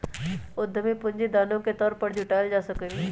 उधमी पूंजी दानो के तौर पर जुटाएल जा सकलई ह